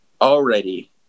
already